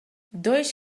dois